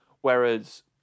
whereas